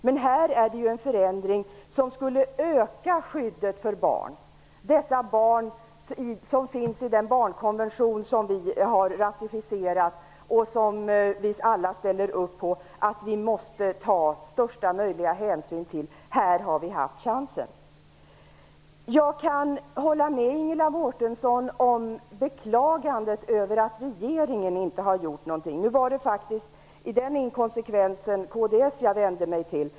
Men detta är ju en förändring som skulle öka skyddet för barn, de barn som omfattas av den barnkonvention som vi har ratificerat. Vi ställer ju alla upp på att vi måste ta största möjliga hänsyn till barnen. Här har vi haft chansen. Jag kan hålla med Ingela Mårtensson när hon beklagar att regeringen inte har gjort någonting. När det gäller den inkonsekvensen var det kds jag vände mig till.